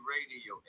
Radio